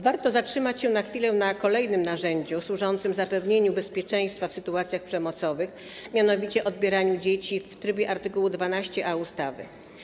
Warto zatrzymać się na chwilę przy kolejnym narzędziu służącym zapewnieniu bezpieczeństwa w sytuacjach przemocowych, mianowicie chodzi o odbieranie dzieci w trybie art. 12a ustawy.